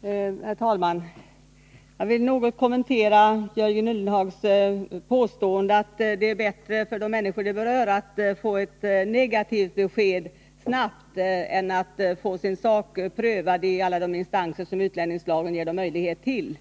Herr talman! Jag vill något kommentera Jörgen Ullenhags påstående att det är bättre för de människor som berörs att få ett negativt besked snabbt än att få sin sak prövad i alla de instanser som utlänningslagen ger dem möjlighet till.